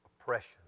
oppression